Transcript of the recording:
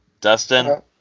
Dustin